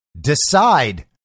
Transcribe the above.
Decide